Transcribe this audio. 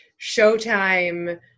Showtime